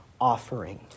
offering